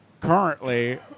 Currently